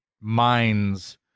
minds